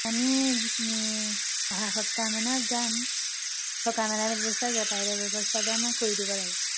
আমি এনেই অহা সপ্তাহমানত যাম থকা মেলা ব্যৱস্থা যাতায়তৰ ব্যৱস্থাটো আমাক কৰি দিব লাগে